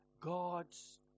God's